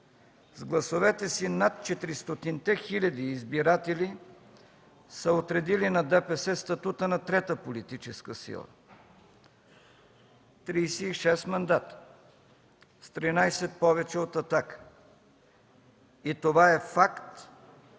С гласовете си над 400-те хиляди избиратели са отредили на ДПС статута на трета политическа сила – 36 мандата, с 13 повече от „Атака”. И това е факт